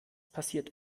passiert